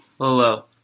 Hello